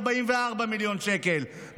44 מיליון שקל,